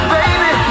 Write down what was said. Baby